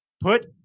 Put